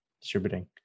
distributing